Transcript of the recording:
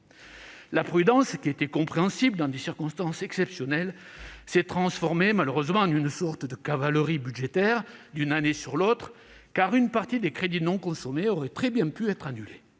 La prudence, qui était compréhensible dans des circonstances exceptionnelles, s'est malheureusement transformée en une sorte de cavalerie budgétaire d'une année sur l'autre : une partie des crédits non consommés aurait très bien pu être annulée.